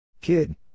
Kid